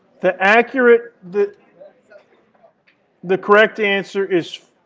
the accurate the so the correct answer is